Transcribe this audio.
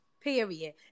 Period